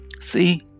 See